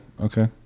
Okay